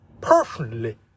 personally